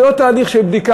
זה לא תהליך של בדיקה,